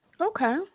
Okay